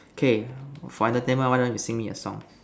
K for entertainment why don't you sing me a song